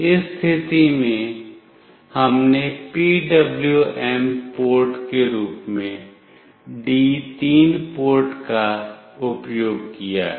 इस स्थिति में हमने PWM पोर्ट के रूप में D3 पोर्ट का उपयोग किया है